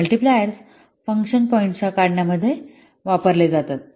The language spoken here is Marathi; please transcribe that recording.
हे मल्टीप्लायर्स फंक्शन पॉईंट्सच्या काढण्यामध्ये वापरले जाते